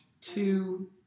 two